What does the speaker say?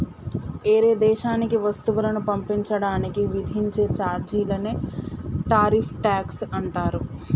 ఏరే దేశానికి వస్తువులను పంపించడానికి విధించే చార్జీలనే టారిఫ్ ట్యాక్స్ అంటారు